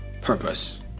purpose